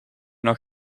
nog